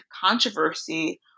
controversy